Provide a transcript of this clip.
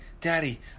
Daddy